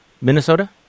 Minnesota